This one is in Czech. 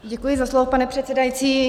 Děkuji za slovo, pane předsedající.